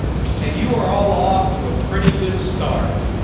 and you are all off to a pretty good start,